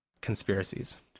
conspiracies